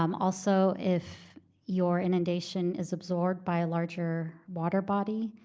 um also, if your inundation is absorbed by a larger water body,